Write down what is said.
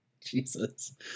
Jesus